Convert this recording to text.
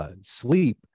sleep